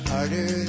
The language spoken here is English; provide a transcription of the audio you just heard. Harder